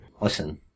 Listen